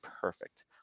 perfect